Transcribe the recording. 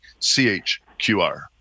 CHQR